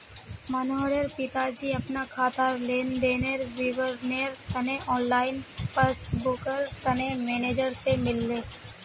मनोहरेर पिताजी अपना खातार लेन देनेर विवरनेर तने ऑनलाइन पस्स्बूकर तने मेनेजर से मिलले